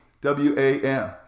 W-A-M